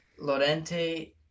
Lorente